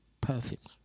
Perfect